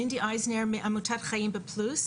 אייזנר, מעמותת "חיים בפלוס".